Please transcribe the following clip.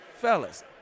Fellas